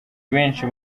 benshi